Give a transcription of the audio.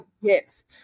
yes